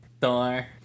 Thor